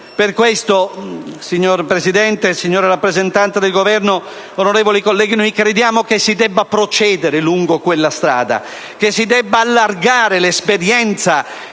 Per questa ragione, signor Presidente, signora rappresentante del Governo, onorevoli colleghi, crediamo si debba procedere lungo quella strada, che si debba allargare l'esperienza,